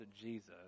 Jesus